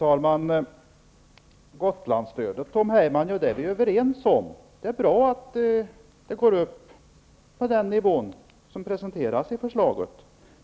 Fru talman! Vi är överens om Gotlandsstödet, Tom Heyman. Det är bra att det går upp till den nivå som presenteras i förslaget.